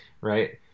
right